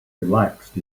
relaxed